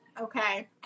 Okay